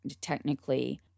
technically